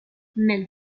mais